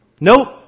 Nope